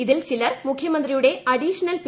ഇതിൽ ചിലർ മുഖ്യമന്ത്രിയുടെ അഡീഷണൽ പി